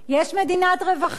יש מדינת רווחה,